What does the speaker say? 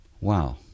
Wow